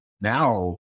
Now